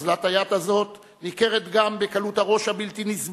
אוזלת היד הזאת ניכרת גם בקלות הראש הבלתי-נסבלת